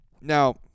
now